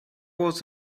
was